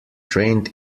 trained